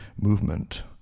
movement